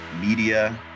media